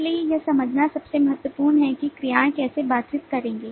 इसलिए यह समझना सबसे महत्वपूर्ण है कि क्रियाएं कैसे बातचीत करेंगी